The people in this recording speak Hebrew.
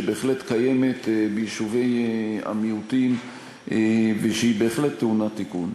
שבהחלט קיימת ביישובי המיעוטים והיא בהחלט טעונת תיקון.